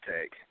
take